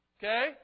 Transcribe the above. Okay